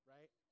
Right